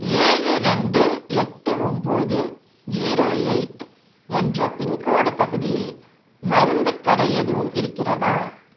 ஏழு ரெண்டு எட்டு ஒம்பது ஜீரோ எயிட் என்ற பின்கோடு பகுதியில் மருந்துக் கடை எதுவும் இருக்கிறதா